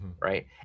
Right